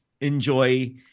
enjoy